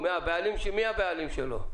מי הבעלים שלו?